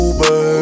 Uber